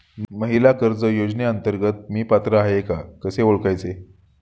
महिला कर्ज योजनेअंतर्गत मी पात्र आहे का कसे ओळखायचे?